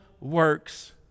works